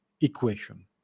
equation